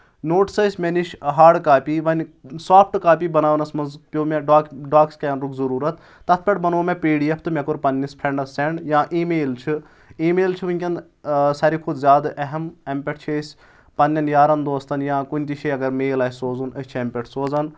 notes ٲسۍ مےٚ نِش ہاڈ کاپی وۄنۍ سافٹ کاپی بَناونَس منٛز پیٚو مےٚ ڈاک ڈاک سِکینرُک ضروٗرت تَتھ پؠٹھ بنو مےٚ پی ڈی ایف تہٕ مےٚ کوٚر پننِس فرٛؠنٛڈَس سؠنٛڈ یا ای میل چھُ ای میل چھُ وٕنکیٚن ساروی کھۄتہٕ زیادٕ اہم امہِ پؠٹھ چھِ أسۍ پَنٕنؠن یارَن دوستَن یا کُنہِ تہِ جاے اگر میل آسہِ سوزُن أسۍ چھِ اَمہِ پؠٹھ سوزان